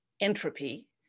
Entropy